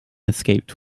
escaped